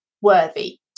worthy